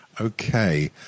Okay